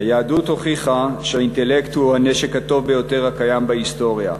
"היהדות הוכיחה שהאינטלקט הוא הנשק הטוב ביותר הקיים בהיסטוריה.